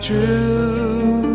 True